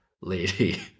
lady